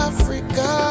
Africa